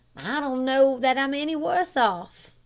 i don't know that i'm any worse off.